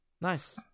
Nice